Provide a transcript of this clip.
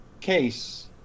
case